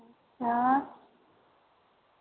हां